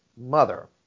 Mother